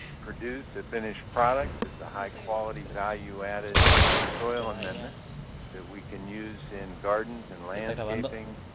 produce a finished product that's a high-quality, value-added soil amendment that we can use in gardens and landscaping,